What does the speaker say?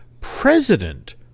President